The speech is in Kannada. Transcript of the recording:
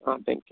ಹಾಂ ಥ್ಯಾಂಕ್ ಯು